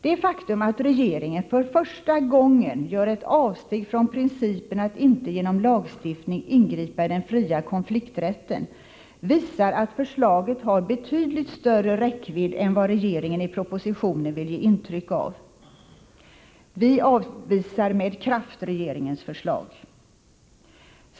Det faktum att regeringen för första gången gör ett avsteg från principen att inte genom lagstiftning ingripa i den fria konflikträtten visar att förslaget har betydligt större räckvidd än vad regeringen i propositionen vill ge intryck av. Vi avvisar med kraft regeringens förslag.